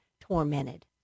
tormented